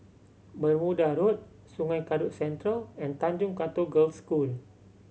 Bermuda Road Sungei Kadut Central and Tanjong Katong Girls' School